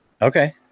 okay